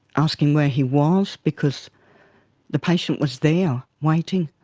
asking where he was because the patient was there, waiting,